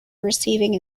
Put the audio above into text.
receiving